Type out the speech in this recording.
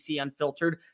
Unfiltered